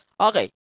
Okay